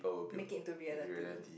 make it into reality